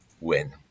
win